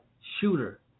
shooter